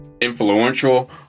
influential